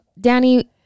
Danny